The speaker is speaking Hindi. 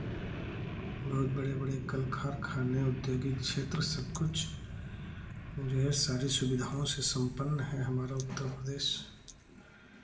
बहुत बड़े बड़े कल कारखाने औद्योगिक क्षेत्र सबकुछ जो है सारी सुविधाओं से सम्पन्न है हमारा उत्तर प्रदेश